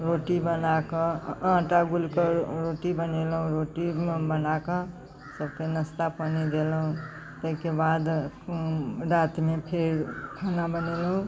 रोटी बनाकऽ आटा गूथ कऽ रोटी बनेलहुँ रोटी बनाकऽ सभके नाश्ता पानि देलहुँ ताहिके बाद रातिमे फेर खाना बनेलहुँ